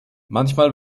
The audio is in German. manchmal